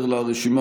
מעוז,